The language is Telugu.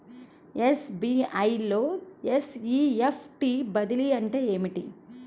ఎస్.బీ.ఐ లో ఎన్.ఈ.ఎఫ్.టీ బదిలీ అంటే ఏమిటి?